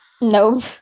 Nope